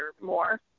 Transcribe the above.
more